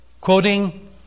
quoting